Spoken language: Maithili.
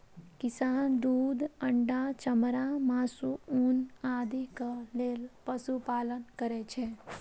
किसान दूध, अंडा, चमड़ा, मासु, ऊन आदिक लेल पशुपालन करै छै